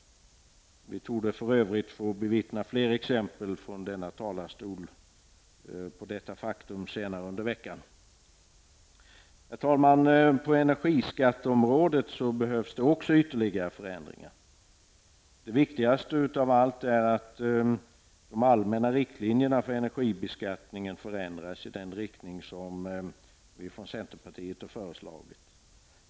Vi torde för övrigt få bevittna fler exempel från denna talarstol på detta faktum senare under veckan. Herr talman! På energiskatteområdet behövs också ytterligare förändringar. Det viktigaste av allt är att de allmänna riktlinjerna för energibeskattningen förändras i den riktning som vi från centerpartiet har föreslagit.